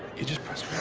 you just press.